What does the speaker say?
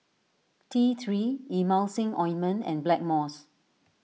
T three Emulsying Ointment and Blackmores